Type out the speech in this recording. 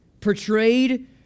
portrayed